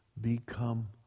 become